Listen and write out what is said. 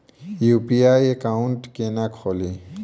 UPI account केना खोलि?